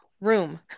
room